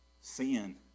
Sin